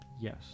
Yes